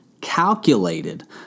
calculated